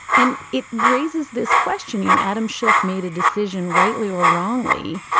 and it raises this question, you know, adam schiff made a decision, rightly or wrongly,